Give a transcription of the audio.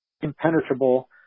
impenetrable